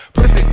Pussy